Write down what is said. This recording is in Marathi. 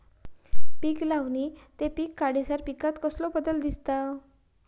पीक लावणी ते पीक काढीसर पिकांत कसलो बदल दिसता?